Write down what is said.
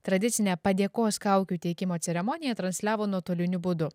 tradicinę padėkos kaukių teikimo ceremoniją transliavo nuotoliniu būdu